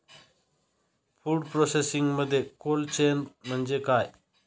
Food प्रोसेसिंगमध्ये cold chain म्हणजे काय?